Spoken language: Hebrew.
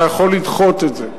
אתה יכול לדחות את זה.